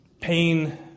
Pain